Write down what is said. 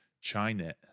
China